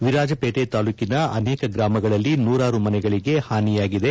ವಿರಾಜಪೇಟೆ ತಾಲೂಕಿನ ಅನೇಕ ಗ್ರಾಮಗಳಲ್ಲಿ ನೂರಾರು ಮನೆಗಳಿಗೆ ಹಾನಿಯಾಗಿದೆ